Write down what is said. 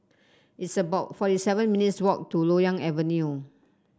it's about forty seven minutes' walk to Loyang Avenue